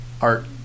art